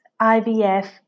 IVF